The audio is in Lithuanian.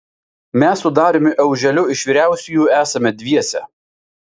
mes su dariumi auželiu iš vyriausiųjų esame dviese